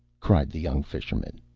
cried the young fisherman,